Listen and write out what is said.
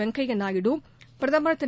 வெங்கைய்யாநாயுடு பிரதமர் திரு